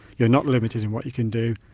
you're not limited in what you can do,